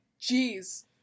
Jeez